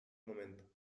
momento